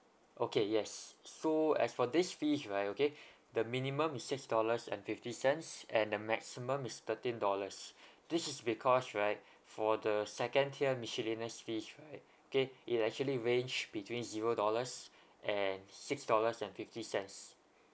okay yes so as for this fees right okay the minimum is six dollars and fifty cents and the maximum is thirteen dollars this is because right for the second tier miscellaneous fees right okay it actually range between zero dollars and six dollars and fifty cents